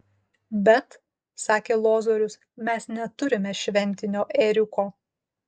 bet sakė lozorius mes neturime šventinio ėriuko